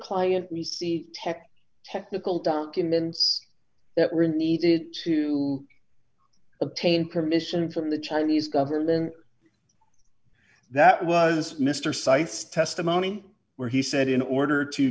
client we see tech technical documents that we needed to obtain permission from the chinese government that was mr sites testimony where he said in order to